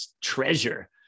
treasure